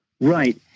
Right